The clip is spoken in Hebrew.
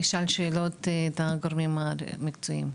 ארצה לשאול שאלות את הגורמים המקצועיים.